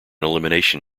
elimination